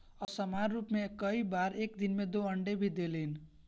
असामान्य रूप में कई बार एक दिन में दू ठो अंडा भी देलिन